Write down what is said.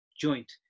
joint